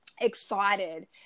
excited